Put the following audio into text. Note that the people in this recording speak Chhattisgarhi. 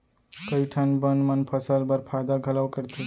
कई ठन बन मन फसल बर फायदा घलौ करथे